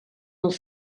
els